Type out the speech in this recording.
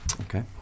Okay